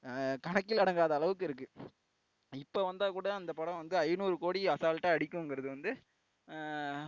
கணக்கில் அடங்காத அளவுக்கு இருக்குது இப்போது வந்தால் கூட அந்த படம் வந்து ஐந்நூறு கோடி அசால்ட்டாக அடிக்குங்கிறது வந்து